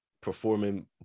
performing